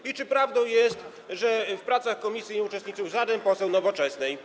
I czy prawdą jest, że w pracach komisji nie uczestniczył żaden poseł Nowoczesnej?